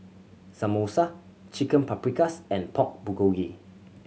Samosa Chicken Paprikas and Pork Bulgogi